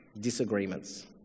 Disagreements